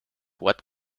what